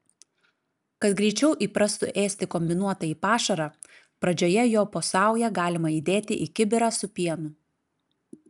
kad greičiau įprastų ėsti kombinuotąjį pašarą pradžioje jo po saują galima įdėti į kibirą su pienu